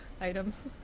items